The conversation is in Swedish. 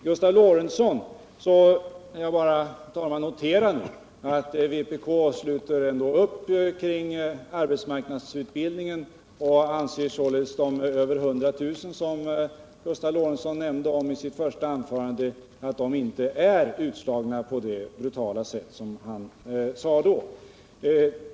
Jag vill nu bara notera att vpk ändå sluter upp kring arbetsmarknadsutbildningen och således inte anser att de över 100 000 personer som Gustav Lorentzon nämnde i sitt första anförande är utslagna på det brutala sätt som han då angav.